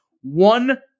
one